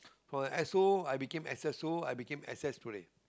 for S_O I became S_S_O I became S_S today